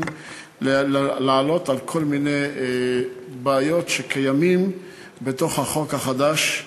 לעלות על כל מיני בעיות שקיימות בחוק החדש.